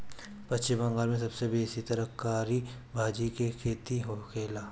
पश्चिम बंगाल में सबसे बेसी तरकारी भाजी के खेती होखेला